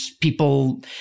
people